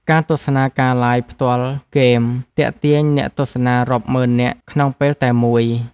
ការទស្សនាការផ្សាយផ្ទាល់ហ្គេម ទាក់ទាញអ្នកទស្សនារាប់ម៉ឺននាក់ក្នុងពេលតែមួយ។